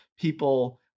people